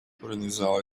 пронизала